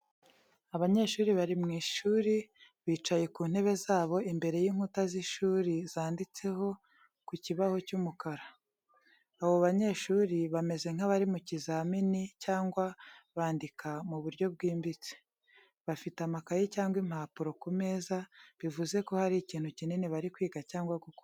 Abanyeshuri bari mu ishuri, bicaye ku ntebe zabo imbere y’inkuta z’ishuri zanditseho ku kibaho cy’umukara. Abo banyeshuri bameze nk’abari mu kizamini cyangwa bandika mu buryo bwimbitse. Bafite amakayi cyangwa impapuro ku meza, bivuze ko hari ikintu kinini bari kwiga cyangwa gukora.